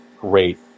great